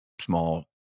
small